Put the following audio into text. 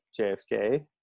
JFK